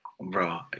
Bro